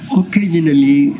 occasionally